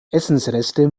essensreste